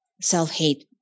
self-hate